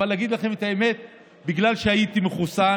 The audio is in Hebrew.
אבל להגיד לכם את האמת, בגלל שהייתי מחוסן,